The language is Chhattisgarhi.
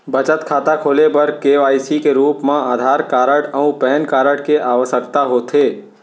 बचत खाता खोले बर के.वाइ.सी के रूप मा आधार कार्ड अऊ पैन कार्ड के आवसकता होथे